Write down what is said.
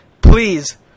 Please